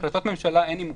להחלטות ממשלה אין נימוקים.